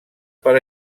per